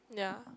yeah